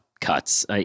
cuts